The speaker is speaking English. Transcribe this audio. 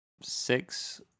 six